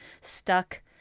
stuck